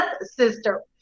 sister